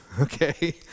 Okay